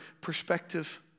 perspective